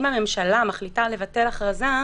אם הממשלה מחליטה לבטל הכרזה,